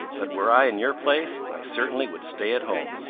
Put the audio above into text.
but were i in your place i certainly would stay at home.